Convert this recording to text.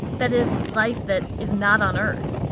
that is, life that is not on earth.